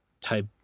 type